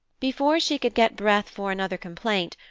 before she could get breath for another complaint,